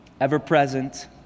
ever-present